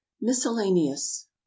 Miscellaneous